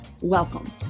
Welcome